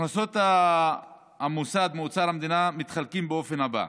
הכנסות המוסד מאוצר המדינה מתחלקות באופן הבא: